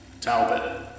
Talbot